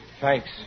Thanks